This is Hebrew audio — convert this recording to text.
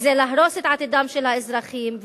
וזה להרוס את עתידם של האזרחים,